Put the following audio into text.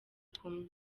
kumwe